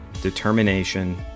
determination